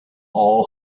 all